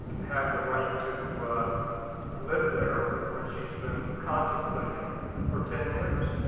have the right to live there, which he's been contemplating for ten years.